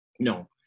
No